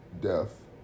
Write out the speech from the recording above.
death